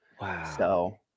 Wow